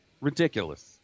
Ridiculous